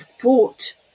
fought